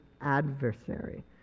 adversary